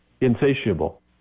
insatiable